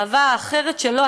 האהבה האחרת שלו,